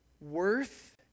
worth